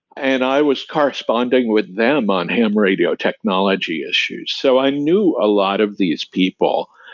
and i was corresponding with them on ham radio technology issues. so i knew a lot of these people.